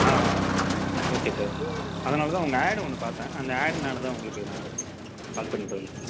ஆ ஆ okay sir அதனால் தான் உங்கள் ஆடு ஒன்று பார்த்தேன் அந்த ஆடுனால் தான் உங்களுக்கு நான் கால் பண்ணி பேசினேன்